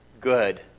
good